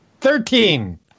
Thirteen